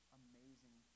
amazing